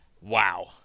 wow